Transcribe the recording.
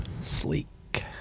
sleek